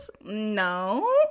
No